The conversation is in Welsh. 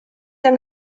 yng